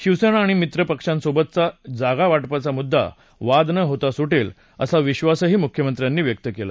शिवसेना आणि मित्रपक्षांसोबतचा जागा वाटपाचा मुद्दा वाद न होता सुटेल असा विश्वासही मुख्यमंत्र्यांनी व्यक्त केला